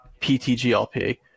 PTGLP